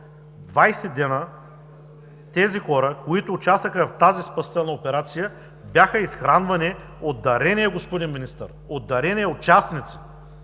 20 дена тези хора, които участваха в тази спасителна операция, бяха изхранвани от дарения, господин Министър, от дарения, от частници!